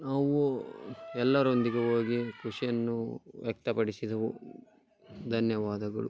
ನಾವು ಎಲ್ಲರೊಂದಿಗೆ ಹೋಗಿ ಖುಷಿಯನ್ನು ವ್ಯಕ್ತಪಡಿಸಿದೆವು ಧನ್ಯವಾದಗಳು